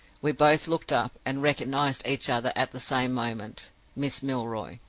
we both looked up, and recognized each other at the same moment miss milroy.